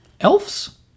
elves